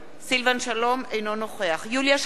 אינו נוכח יוליה שמאלוב-ברקוביץ,